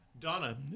Donna